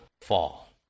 fall